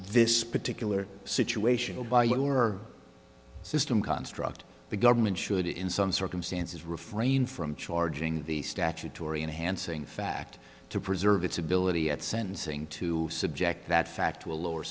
this particular situation all by your system construct the government should in some circumstances refrain from charging the statutory enhancing fact to preserve its ability at sentencing to subject that fact to a lower